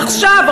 עכשיו,